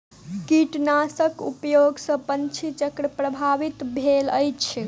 कीटनाशक उपयोग सॅ पंछी चक्र प्रभावित भेल अछि